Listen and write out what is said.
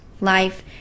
life